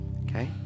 okay